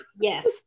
Yes